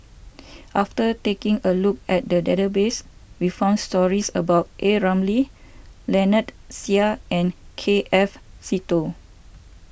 after taking a look at the database we found stories about A Ramli Lynnette Seah and K F Seetoh